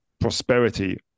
prosperity